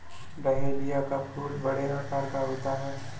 dahlia का फूल बड़े आकार का होता है